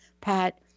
Pat